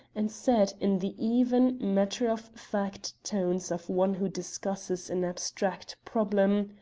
and said, in the even, matter-of-fact tones of one who discusses an abstract problem